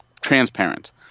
transparent